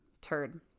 Turd